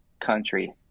country